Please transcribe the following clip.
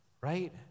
right